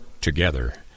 Together